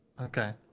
Okay